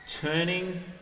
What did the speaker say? turning